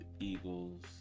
Eagles